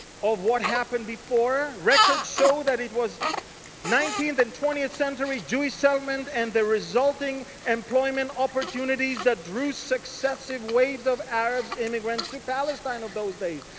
of what happened before. records show that it was nineteenth and twentieth century jewish settlement and the resulting employment opportunities that drew successive waves of arab immigrants to palestine of those days.